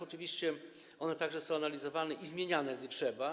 Oczywiście one także są analizowane i zmieniane, gdy trzeba.